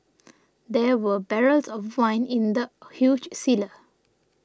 there were barrels of wine in the huge cellar